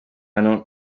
ibihano